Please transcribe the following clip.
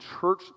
church